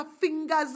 fingers